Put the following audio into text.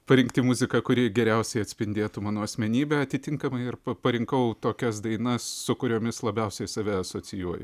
parinkti muziką kuri geriausiai atspindėtų mano asmenybę atitinkamai ir pa parinkau tokias dainas su kuriomis labiausiai save asocijuoju